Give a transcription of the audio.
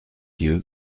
lieues